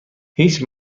هیچ